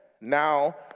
now